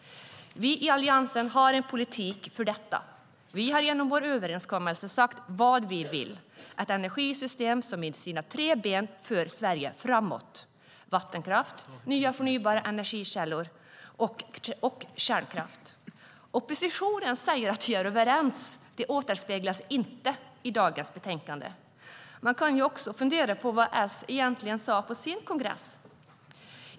Vi i Alliansen har en politik för detta. Vi har genom vår överenskommelse sagt vad vi vill ha. Vi vill ha ett energisystem som med sina tre ben, vattenkraft, nya förnybara energikällor och kärnkraft, för Sverige framåt. Oppositionen säger att den är överens. Det återspeglas inte i dagens betänkande. Man kan också fundera på vad S egentligen sade på sin kongress.